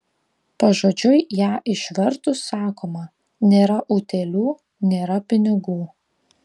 pažodžiui ją išvertus sakoma nėra utėlių nėra pinigų